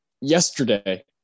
yesterday